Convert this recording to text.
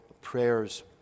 prayers